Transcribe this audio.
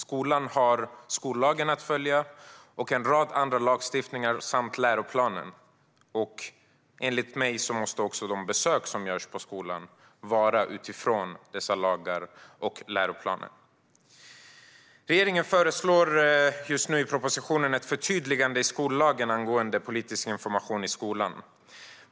Skolan har att följa skollagen och en rad andra lagstiftningar samt läroplanen. Enligt mig måste också de besök som görs på skolan stämma överens med dessa lagar och läroplaner. Regeringen föreslår nu i propositionen ett förtydligande av skollagen angående politisk information i skolan.